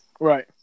Right